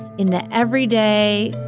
in the everyday,